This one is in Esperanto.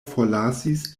forlasis